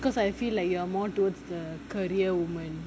because I feel like you are more towards the career woman